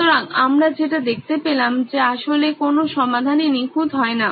সুতরাং আমরা যেটা দেখতে পেলাম যে আসলে কোনো সমাধানই নিখুঁত হয়না